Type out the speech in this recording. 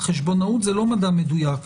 חשבונאות זה לא מדע מדויק.